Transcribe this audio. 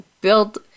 build